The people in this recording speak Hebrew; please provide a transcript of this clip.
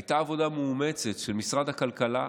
הייתה עבודה מאומצת של משרד הכלכלה,